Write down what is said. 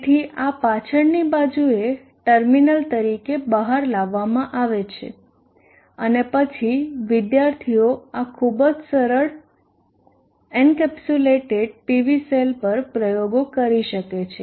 તેથી આ પાછળની બાજુએ ટર્મિનલ તરીકે બહાર લાવવામાં આવે છે અને પછી વિદ્યાર્થીઓ આ ખૂબ જ સરળ એન્કેપ્સ્યુલેટેડ PV સેલ પર પ્રયોગો કરી શકે છે